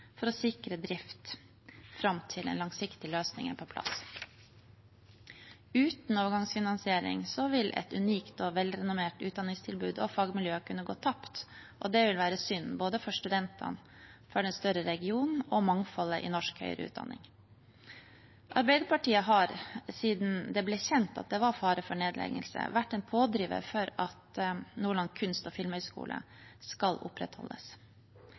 for å sikre drift fram til en langsiktig løsning er på plass. Uten overgangsfinansiering vil et unikt og velrennomert utdanningstilbud og fagmiljø kunne gå tapt. Det vil være synd både for studentene, for den større regionen og for mangfoldet i norsk høyere utdanning. Arbeiderpartiet har siden det ble kjent at det var fare for nedleggelse, vært en pådriver for at Nordland kunst- og filmhøgskole skal opprettholdes.